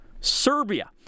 Serbia